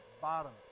bottom